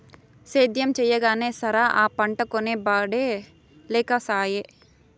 సేద్యం చెయ్యగానే సరా, ఆ పంటకొనే ఒడే లేకసాయే